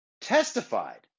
testified